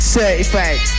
Certified